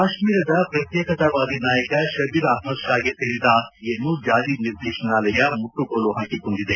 ಕಾಶ್ಮೀರದ ಪ್ರತ್ಯೇಕತಾವಾದಿ ನಾಯಕ ಶಬೀರ್ ಅಹಮ್ಮದ್ ಷಾಗೆ ಸೇರಿದ ಆಸ್ತಿಯನ್ನು ಜಾರಿ ನಿರ್ದೇಶನಾಲಯ ಮುಟ್ಟುಗೋಲು ಹಾಕಿಕೊಂಡಿದೆ